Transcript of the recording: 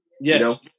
Yes